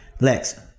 lex